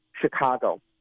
chicago